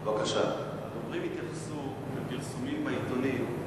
רק להבהיר: הדוברים התייחסו לפרסומים בעיתונים,